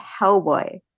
Hellboy